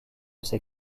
ses